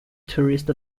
tourist